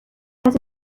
کسی